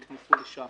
נכנסו לשם,